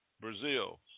Brazil